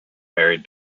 married